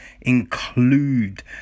include